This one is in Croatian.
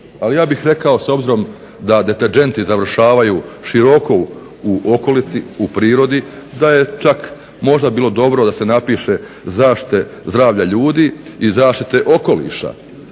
A ja bih rekao s obzirom da deterdženti završavaju široko u okolici, u prirodi, da je čak možda bilo dobro da se napiše zaštite zdravlja ljudi i zaštite okoliša